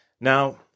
Now